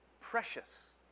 precious